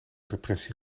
depressie